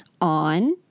on